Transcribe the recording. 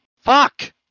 Fuck